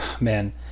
man